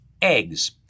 Eggs